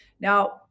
Now